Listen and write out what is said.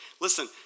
Listen